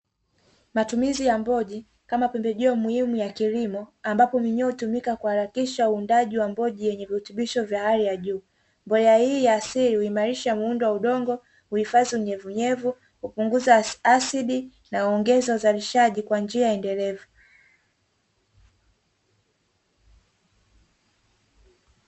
Mtumizi ya mboji kama pembejo muhimu ya kilimo ambapo minyoo hutumika kuharakakisha uundaji wa mboji yenye virutubisho vya hali ya juu , mbolea hii ya asili uimarisha muundo wa udongo, uhifadhi unyevunyevu hupunguza asidi na huongeza uzalishaji kwa njia ya endelevu.